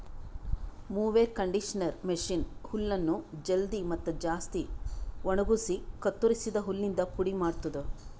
mower conditioner machine ಹುಲ್ಲನ್ನು ಜಲ್ದಿ ಮತ್ತ ಜಾಸ್ತಿ ಒಣಗುಸಿ ಕತ್ತುರಸಿದ ಹುಲ್ಲಿಂದ ಪುಡಿ ಮಾಡ್ತುದ